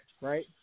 right